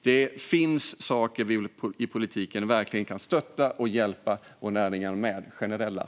Det finns saker som politiken verkligen kan stötta och hjälpa våra näringar med generellt.